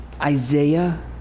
Isaiah